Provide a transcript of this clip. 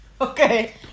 okay